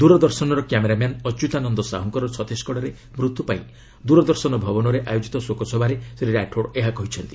ଦୂରଦର୍ଶନର କ୍ୟାମେରାମ୍ୟାନ୍ ଅଚ୍ୟୁତାନନ୍ଦ ସାହୁଙ୍କର ଛତିଶଗଡ଼ରେ ମୃତ୍ୟୁପାଇଁ ଦୂରଦର୍ଶନ ଭବନରେ ଆୟୋଜିତ ଶୋକସଭାରେ ଶ୍ରୀ ରାଠୋଡ୍ ଏହା କହିଛନ୍ତି